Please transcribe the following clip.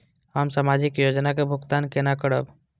हम सामाजिक योजना के भुगतान केना करब?